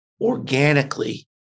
organically